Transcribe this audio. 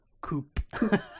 Coop